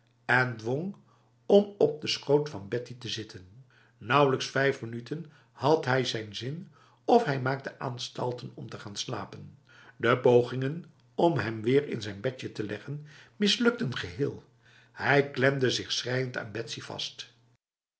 en dwong om op de schoot van bettie te zitten nauwelijks vijf minuten had hij zijn zin of hij maakte aanstalten om te gaan slapen de pogingen om hem weer in zijn bedje te leggen mislukten geheel hij klemde zich schreiend aan betsy vast